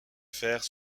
faire